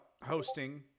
Hosting